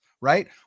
right